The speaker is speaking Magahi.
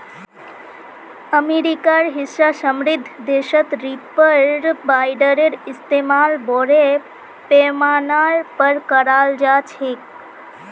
अमेरिकार हिस्सा समृद्ध देशत रीपर बाइंडरेर इस्तमाल बोरो पैमानार पर कराल जा छेक